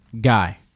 guy